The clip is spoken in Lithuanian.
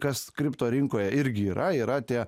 kas kriptorinkoje irgi yra yra tie